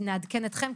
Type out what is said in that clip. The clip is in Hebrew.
נעדכן אתכם,